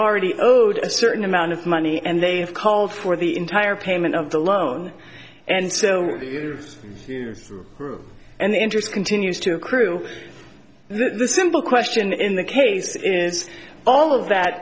already owed a certain amount of money and they have called for the entire payment of the loan and so and the interest continues to accrue so the simple question in the case is all of that